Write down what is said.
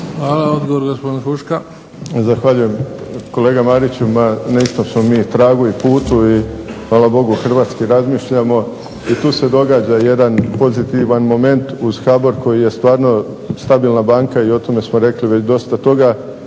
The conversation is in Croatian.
**Huška, Davor (HDZ)** Zahvaljujem. Kolega Mariću, ma na istom smo mi tragu i putu, i hvala Bogu hrvatski razmišljamo, i tu se događa jedan pozitivan moment uz HBOR koji je stvarno stabilna banka i o tome smo rekli već dosta toga.